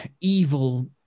evil